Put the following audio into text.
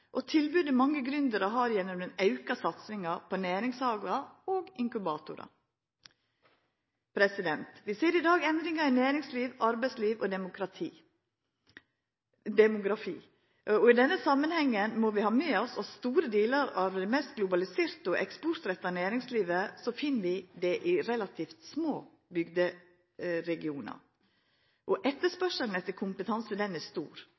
og tilbodet mange gründerar har gjennom den auka satsinga på næringshagar og inkubatorar. Vi ser i dag endringar i næringslivet, i arbeidslivet og i demografi. I denne samanhengen må vi ha med oss at vi finn store delar av det mest globaliserte og eksportretta næringslivet i relativt små bygderegionar. Etterspurnaden etter kompetanse er stor,